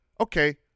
okay